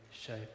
shape